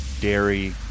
dairy